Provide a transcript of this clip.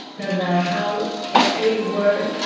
no matter how careful you work,